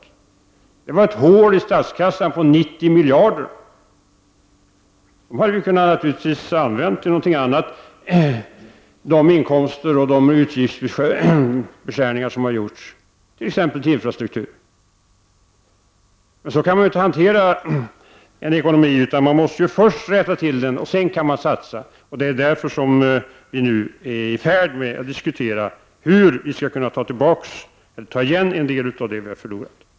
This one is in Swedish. Det fanns ett hål i statskassan, så att säga, om 90 miljarder kronor. Naturligtvis hade vi kunnat använda de inkomster vi fått och de utgiftsnedskärningar som gjorts till satsningar på infrastrukturen t.ex. Men så kan man ju inte hantera ett lands ekonomi. Först måste man rätta till ekonomin, och sedan kan man satsa. Det är därför vi nu är i färd med att diskutera hur vi skall kunna ta igen en del av det som vi har förlorat.